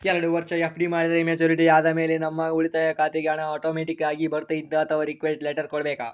ಎರಡು ವರುಷ ಎಫ್.ಡಿ ಮಾಡಿದರೆ ಮೆಚ್ಯೂರಿಟಿ ಆದಮೇಲೆ ನಮ್ಮ ಉಳಿತಾಯ ಖಾತೆಗೆ ಹಣ ಆಟೋಮ್ಯಾಟಿಕ್ ಆಗಿ ಬರ್ತೈತಾ ಅಥವಾ ರಿಕ್ವೆಸ್ಟ್ ಲೆಟರ್ ಕೊಡಬೇಕಾ?